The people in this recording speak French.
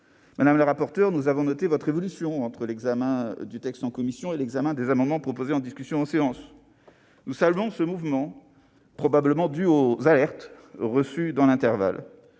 Madame la rapporteure, nous avons noté votre évolution entre l'examen du texte en commission et sa discussion en séance. Nous saluons ce mouvement, probablement dû aux alertes reçues dans l'intervalle.